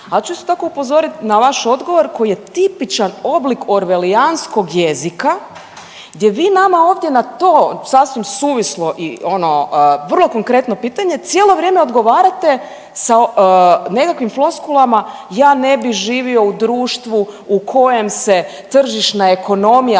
Al ću isto tako upozoriti na vaš odgovor koji je tipičan oblik orvelijanskog jezika gdje vi nama ovdje na to sasvim suvislo i ono vrlo konkretno pitanje cijelo vrijeme odgovarate sa nekakvim floskulama, ja ne bi živio u društvu u kojem se tržišna ekonomija